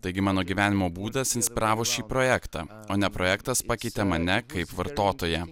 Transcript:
taigi mano gyvenimo būdas inspiravo šį projektą o ne projektas pakeitė mane kaip vartotoją